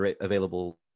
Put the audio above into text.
available